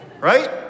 right